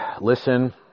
listen